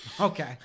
Okay